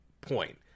point